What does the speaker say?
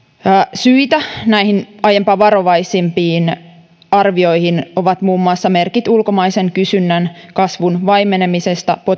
syitä näihin aiempaa varovaisempiin arvioihin ovat muun muassa merkit ulkomaisen kysynnän kasvun vaimenemisesta